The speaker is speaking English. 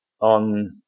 on